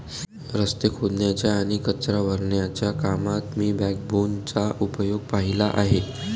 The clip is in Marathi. रस्ते खोदण्यासाठी आणि कचरा भरण्याच्या कामात मी बॅकबोनचा उपयोग पाहिले आहेत